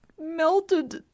Melted